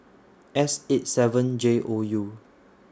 S eight seven J O U